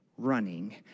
Running